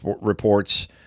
reports